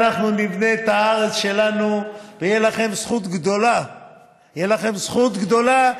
אנחנו נבנה את הארץ שלנו ותהיה לכם זכות גדולה,